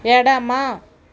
ఎడమ